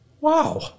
wow